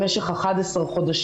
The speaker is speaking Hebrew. במשך 11 חודשים,